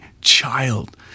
child